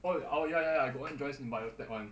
orh oh ya ya ya I got one joyce in biotech [one]